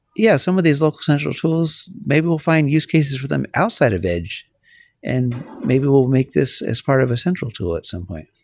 yeah, some of these local central tools, maybe we'll find use cases for them outside of edge and maybe we'll make this as part of a central tool at some point.